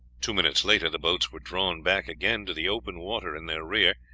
two minutes later the boats were drawn back again to the open water in their rear,